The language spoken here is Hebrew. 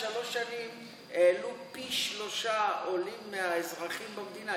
בשלוש שנים העלו פי-שלושה עולים מהאזרחים במדינה.